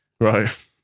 Right